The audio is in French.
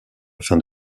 afin